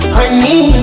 Honey